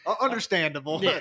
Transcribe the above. Understandable